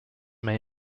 may